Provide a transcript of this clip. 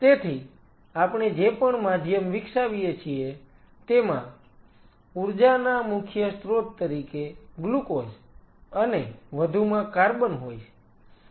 તેથી આપણે જે પણ માધ્યમ વિકસાવીએ છીએ તેમાં ઊર્જાના મુખ્ય સ્ત્રોત તરીકે ગ્લુકોઝ અને વધુમાં કાર્બન હોય છે